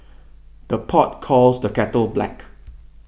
the pot calls the kettle black